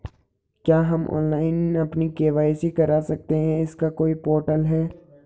क्या हम ऑनलाइन अपनी के.वाई.सी करा सकते हैं इसका कोई पोर्टल है?